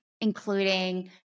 including